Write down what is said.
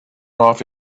off